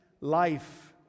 life